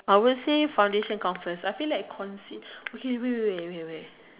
I will say foundation comes first I feel like concealer okay wait wait wait wait wait